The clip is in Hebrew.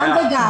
גם וגם.